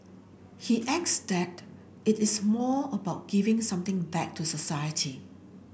he that it is more about giving something back to society